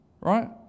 right